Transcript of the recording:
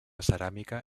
ceràmica